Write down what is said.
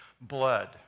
blood